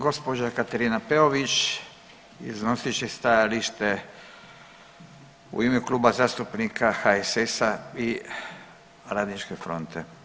Gospođa Katarina Peović iznosit će stajalište u ime Kluba zastupnika HSS-a i Radničke fronte.